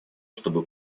чтобы